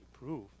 proof